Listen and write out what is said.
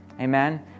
amen